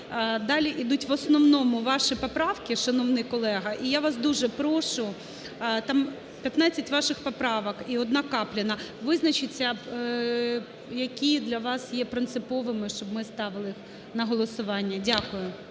Далі йдуть в основному ваші поправки, шановний колего. І я вас дуже прошу - там 15 ваших поправок і одна Капліна, - визначіться. які для вас є принциповим, щоб ми ставили на голосування. Дякую.